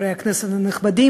חברי הכנסת הנכבדים,